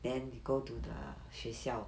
then go to the 学校